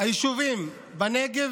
היישובים בנגב